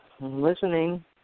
listening